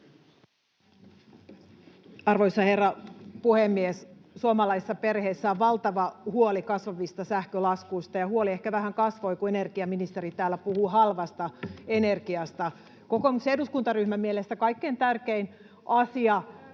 Arvoisa herra puhemies! Suomalaisissa perheissä on valtava huoli kasvavista sähkölaskuista ja huoli ehkä vähän kasvoi, kun energiaministeri täällä puhuu halvasta energiasta. Kokoomuksen eduskuntaryhmän mielestä kaikkein tärkein asia